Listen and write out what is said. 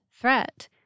threat